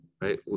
right